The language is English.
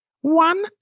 One